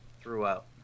throughout